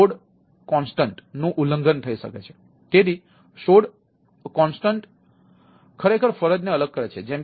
તેથી સોડ કોન્સ્ટન્ટ ખરેખર ફરજને અલગ કરે છે